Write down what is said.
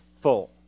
full